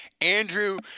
Andrew